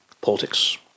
politics